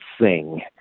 sing